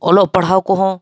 ᱚᱞᱚᱜ ᱯᱟᱲᱦᱟᱣ ᱠᱚᱦᱚᱸ